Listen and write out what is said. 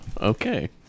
Okay